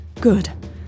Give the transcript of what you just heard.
Good